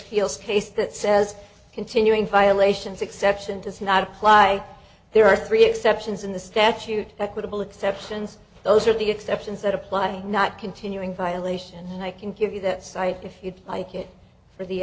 als case that says continuing violations exception to sue not apply there are three exceptions in the statute that quibble exceptions those are the exceptions that apply not continuing violation and i can give you that cite if you'd like it for the